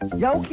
ya.